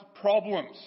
problems